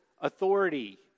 authority